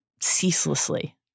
ceaselessly